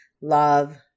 love